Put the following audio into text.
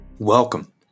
Welcome